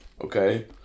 Okay